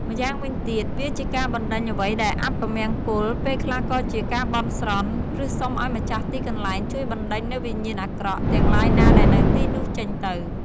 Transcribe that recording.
ម្យ៉ាងវិញទៀត វាជាការបណ្ដេញអ្វីដែលអពមង្គល ពេលខ្លះក៏ជាការបន់ស្រន់ ឬសុំឲ្យម្ចាស់ទីកន្លែងជួយបណ្ដេញនូវវិញ្ញាណអាក្រក់ ទាំងឡាយណាដែលនៅទីនោះចេញទៅ។